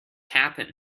happen